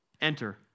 enter